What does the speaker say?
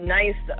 nice